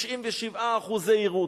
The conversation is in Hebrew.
97% יירוט.